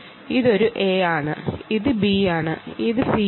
ഇതൊരു A ആണ് ഇത് B ആണ് ഇത് C